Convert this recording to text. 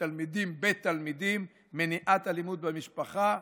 תלמידים בתלמידים: מניעת אלימות במשפחה,